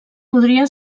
podria